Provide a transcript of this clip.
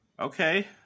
Okay